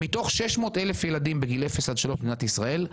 מתוך 600,000 ילדים בגילאי אפס עד שלוש במדינת ישראל,